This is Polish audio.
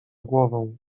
głową